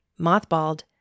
mothballed